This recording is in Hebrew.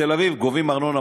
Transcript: בתל-אביב גובים ארנונה,